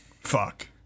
fuck